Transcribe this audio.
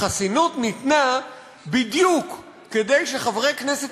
החסינות ניתנה בדיוק כדי שחברי כנסת